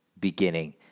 beginning